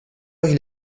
heure